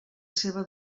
seva